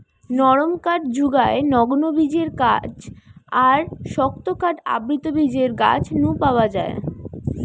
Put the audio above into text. নরম কাঠ জুগায় নগ্নবীজের গাছ আর শক্ত কাঠ আবৃতবীজের গাছ নু পাওয়া যায়